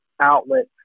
outlet